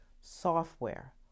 software